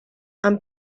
amb